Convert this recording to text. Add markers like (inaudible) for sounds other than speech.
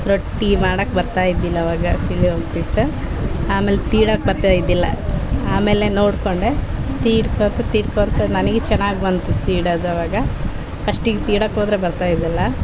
ರೊಟ್ಟಿ ಮಾಡೋಕ್ ಬರ್ತಾ ಇದ್ದಿಲ್ಲ ಅವಾಗ (unintelligible) ಆಮೇಲೆ ತೀಡೋಕ್ ಬರ್ತಾ ಇದ್ದಿಲ್ಲ ಆಮೇಲೆ ನೋಡಿಕೊಂಡೆ ತೀಡ್ಕೋತ ತೀಡ್ಕೊತ ನನಗೆ ಚೆನ್ನಾಗ್ ಬಂತು ತಡೋದ್ ಅವಾಗ ಫಸ್ಟಿಗೆ ತಿಡೋಕ್ ಹೋದ್ರೆ ಬರ್ತಾ ಇದ್ದಿಲ್ಲಾ